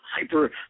hyper